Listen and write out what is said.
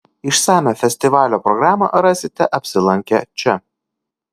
išsamią festivalio programą rasite apsilankę čia